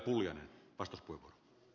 arvoisa puhemies